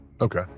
okay